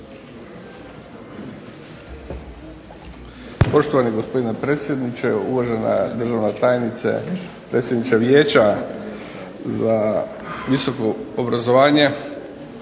Poštovani gospodine predsjedniče, uvažena državna tajnice, predsjedniče Vijeća za visoko obrazovanje,